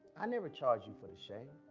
i never charge you for the shave.